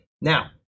Now